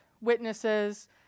witnesses